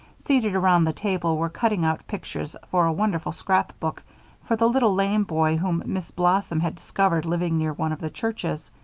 seated around the table, were cutting out pictures for a wonderful scrap-book for the little lame boy whom miss blossom had discovered living near one of the churches,